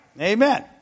Amen